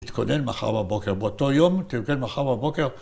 תתכונן מחר בבוקר באותו יום, תתכונן מחר בבוקר.